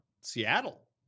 Seattle